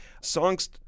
songs